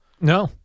No